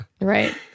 Right